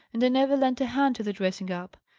and i never lent a hand to the dressing up.